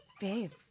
Babe